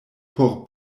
por